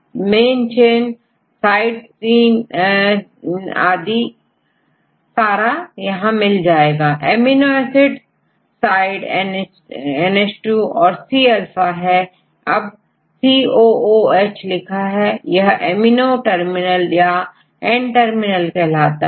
तो हम इस क्लास में पढ़ी हुई बातों को पुनः पुनः दोहराते हैं जैसे प्रायमरी स्ट्रक्चर एमिनो एसिड का विशेष arrangement main chain side chain amino acid साइडNH2 यहCalpha है अबCOOH लिखा है यह एमिनो टर्मिनल याN टर्मिनल कहलाता है